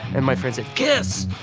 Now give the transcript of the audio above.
and my friend said kiss!